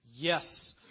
Yes